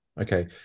Okay